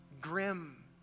grim